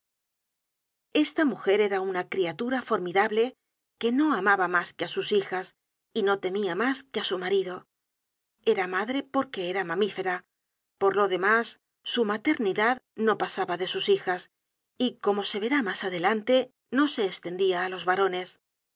esta mujer era una criatura formidable que no amaba mas que á sus hijas y no temía mas que á su marido era madre porque era mamifera por lo demás su maternidad no pasaba de sus hijas y como se verá mas adelante no se estendia á los varones